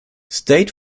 state